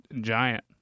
Giant